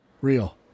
Real